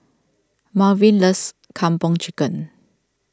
Malvin loves Kung Po Chicken